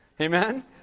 Amen